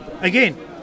again